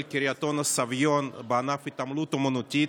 קריית אונו-סביון בענף ההתעמלות האומנותית,